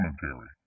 commentary